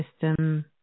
system